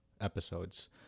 episodes